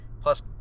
plus